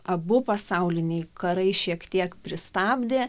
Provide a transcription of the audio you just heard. abu pasauliniai karai šiek tiek pristabdė